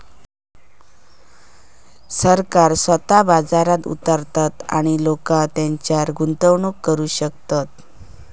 सरकार स्वतः बाजारात उतारता आणि लोका तेच्यारय गुंतवणूक करू शकतत